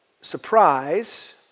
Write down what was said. surprise